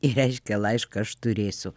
ir reiškia laišką aš turėsiu